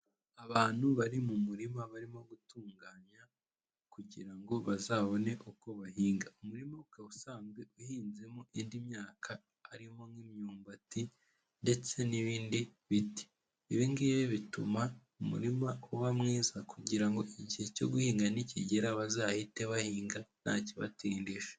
Abantu bari mu murima barimo gutunganya kugira ngo bazabone uko bahinga, umurima ukaba usanzwe uhinzemo indi myaka harimo nk'imyumbati ndetse n'ibindi biti, ibi ngibi bituma umurima uba mwiza kugira ngo igihe cyo guhinga nikigera bazahite bahinga nta kibatindije.